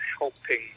helping